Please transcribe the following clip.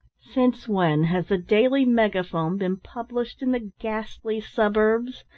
since when has the daily megaphone been published in the ghastly suburbs?